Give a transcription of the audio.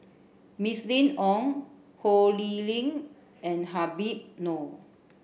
Mylene Ong Ho Lee Ling and Habib Noh